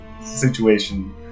situation